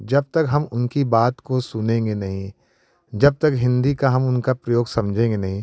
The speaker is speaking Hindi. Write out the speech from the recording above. जब तक हम उनकी बात को सुनेंगे नहीं जब तक हिन्दी का हम उनका प्रयोग समझेंगे नहीं